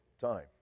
time